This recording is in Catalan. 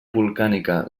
volcànica